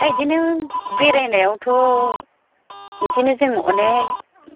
दा इदिनो बेरायनायावथ' इदिनो जों अनेख